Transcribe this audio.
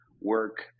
work